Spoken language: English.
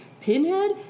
Pinhead